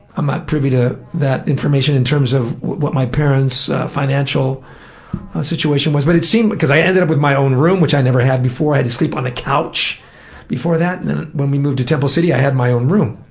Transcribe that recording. i'm not privy to that information in terms of what my parents' financial situation was, but cause i ended up with my own room, which i never had before, i had to sleep on the couch before that, and when we moved to temple city i had my own room.